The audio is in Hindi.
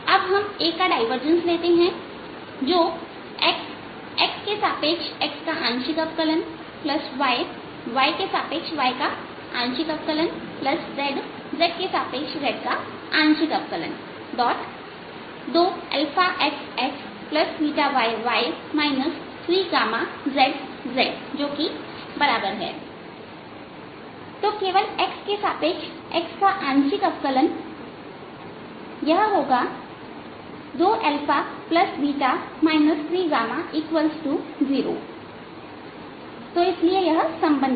अब हम A का डायवर्जेंस लेते हैं जो x x के सापेक्ष x काआंशिक अवकलनy y के सापेक्ष y का आंशिक अवकलनz z के सापेक्ष z का आंशिक अवकलन 2x xy y 3z zजो कि बराबर है तो केवल x के सापेक्ष x काआंशिक अवकलन यह होगा 2 30 इसलिए यह संबंध है